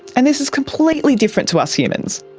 and this is completely different to us humans.